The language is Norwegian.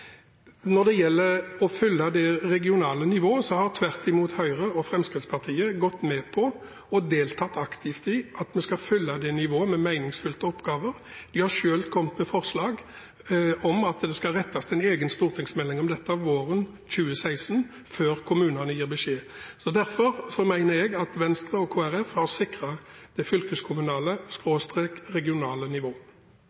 Når det gjelder å fylle det regionale nivået, har tvert imot Høyre og Fremskrittspartiet gått med på og deltatt aktivt i at vi skal fylle det nivået med meningsfylte oppgaver. De har selv kommet med forslag om at det skal rettes en egen stortingsmelding mot dette våren 2016, før kommunene gir beskjed. Derfor mener jeg at Venstre og Kristelig Folkeparti har sikret det